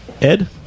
Ed